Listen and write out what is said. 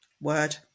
word